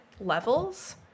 levels